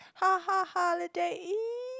ha ha holiday !ee!